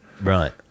Right